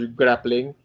grappling